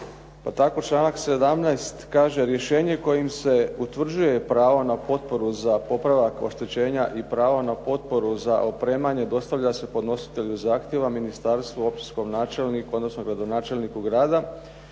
tako članak 17. kaže rješenje kojim se utvrđuje pravo na potporu za popravak oštećenja i prava na potporu za opremanje dostavlja se podnositelju zahtjeva, ministarstvu, općinskom načelniku, odnosno gradonačelniku grada